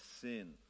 sin